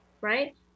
right